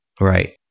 Right